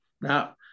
Now